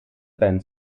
band